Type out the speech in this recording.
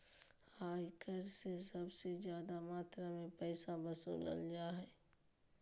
आय कर से सबसे ज्यादा मात्रा में पैसा वसूलल जा हइ